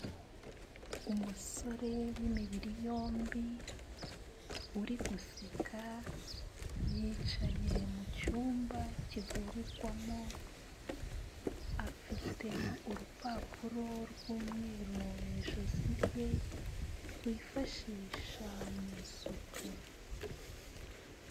Umusore w'imibiri yombi, uri guseka, yicaye mu cyumba kivurirwamo, afite urupapuro rw'umweru mu ijosi rye rwifashisha mu isuku.